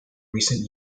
recent